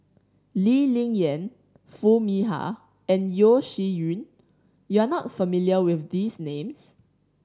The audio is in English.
Lee Ling Yen Foo Mee Har and Yeo Shih Yun you are not familiar with these names